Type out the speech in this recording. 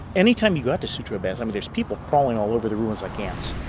anytime you go out to sutro baths, i mean there's people crawling all over the ruins like ants.